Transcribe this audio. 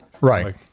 Right